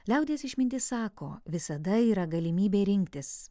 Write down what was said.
liaudies išmintis sako visada yra galimybė rinktis